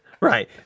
Right